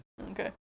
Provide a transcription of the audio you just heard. Okay